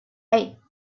eight